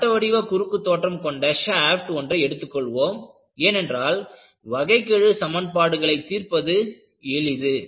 வட்ட வடிவ குறுக்கு தோற்றம் கொண்ட ஷாப்ட் ஒன்றை எடுத்துக் கொள்வோம் ஏனென்றால் வகைக்கெழு சமன்பாடுகளை தீர்ப்பது எளிது